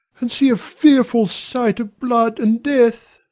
and see a fearful sight of blood and death.